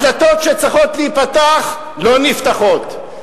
הדלתות שצריכות להיפתח, לא נפתחות.